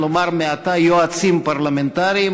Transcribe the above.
יש לומר מעתה יועצים פרלמנטריים.